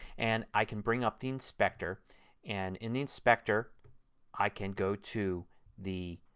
and i can bring up the inspector and in the inspector i can go to the